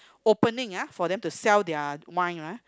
opening ah for them to sell their wine ah